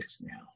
now